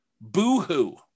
Boo-hoo